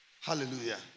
Hallelujah